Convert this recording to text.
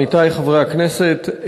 עמיתי חברי הכנסת,